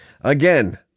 Again